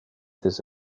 this